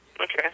Okay